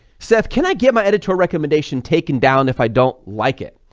seth, can i get my editorial recommendation taken down if i don't like it?